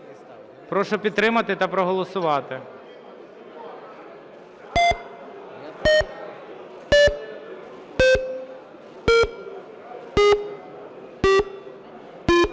Прошу підтримати та проголосувати.